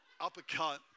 uppercut